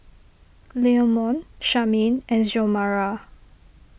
Leamon Charmaine and Xiomara